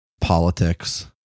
Politics